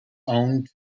own